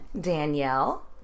Danielle